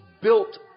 built